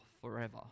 forever